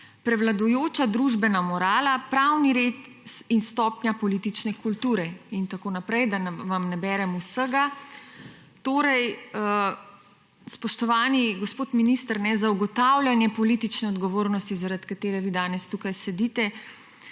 prevladujoča družbena morala, pravni red in stopnja politične kulture« in tako naprej, da vam ne berem vsega. Torej, spoštovani gospod minister, za ugotavljanje politične odgovornosti, zaradi katere vi danes tukaj sedite,